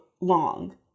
long